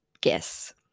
guess